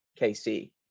KC